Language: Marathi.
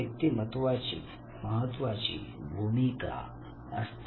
व्यक्तिमत्त्वाची महत्त्वाची भूमिका असते